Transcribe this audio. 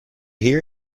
hear